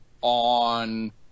on